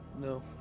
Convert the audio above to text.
no